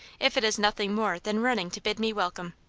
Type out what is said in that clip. if it is nothing more than running to bid me welcome.